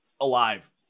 alive